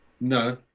No